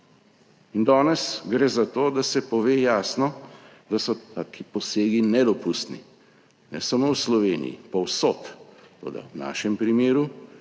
In danes gre za to, da se pove jasno, da so taki posegi nedopustni ne samo v Sloveniji, povsod. Toda v našem primeru